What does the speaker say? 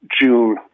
June